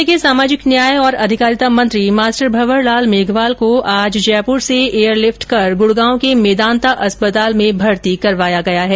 राज्य के सामाजिक न्याय और अधिकारिता मंत्री मास्टर भंवर लाल मेघवाल को आज जयपुर से एयरलिफ्ट कर गुडगांव के मेदांता अस्पताल में भर्ती करवाया गया है